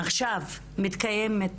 עכשיו מתקיימות